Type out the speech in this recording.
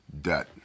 debt